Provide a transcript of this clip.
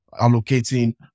allocating